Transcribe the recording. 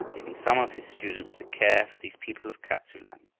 leaving some of his students to care for these people of kap-tsu-lan.